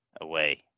away